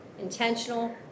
intentional